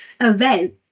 event